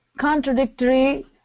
contradictory